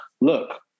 look